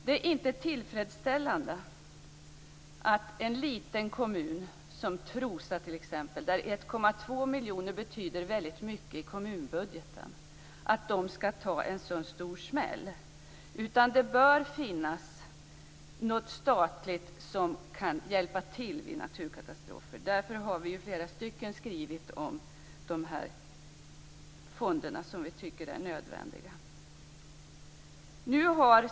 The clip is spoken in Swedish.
Det är inte tillfredsställande att en liten kommun som Trosa t.ex., där 1,2 miljoner betyder väldigt mycket i kommunbudgeten, skall ta en så stor smäll, utan det bör finnas något statligt organ som kan hjälpa till vid naturkatastrofer. Därför är vi flera som har skrivit om de här fonderna som vi tycker är nödvändiga.